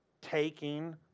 taking